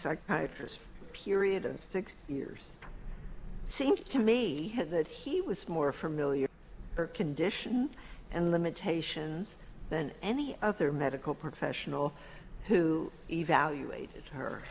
psychiatrist period and six years seems to me that he was more for million her condition and limitations than any other medical professional who evaluated her